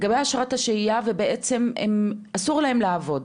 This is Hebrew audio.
לגבי אשרת השהייה ובעצם אסור להם לעבוד,